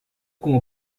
como